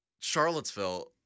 charlottesville